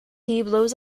blows